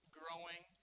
growing